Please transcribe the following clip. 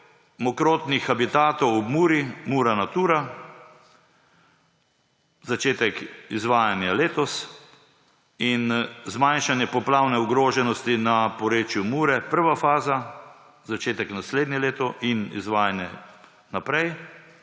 mokrotnih habitatov ob Muri, Natura Mura, začetek izvajanja letos. In zmanjšanje poplavne ogroženosti na porečju Mure, prva faza, začetek naslednje leto in izvajanje naprej.